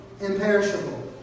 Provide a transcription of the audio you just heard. Imperishable